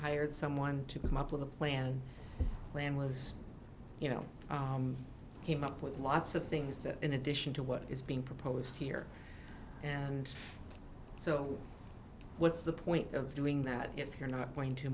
hired someone to come up with a plan plan was you know came up with lots of things that in addition to what is being proposed here and so what's the point of doing that if you're not going to